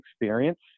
experience